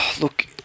look